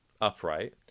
upright